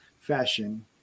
fashion